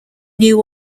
new